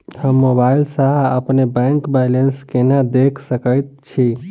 हम मोबाइल सा अपने बैंक बैलेंस केना देख सकैत छी?